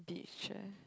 beach chair